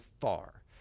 far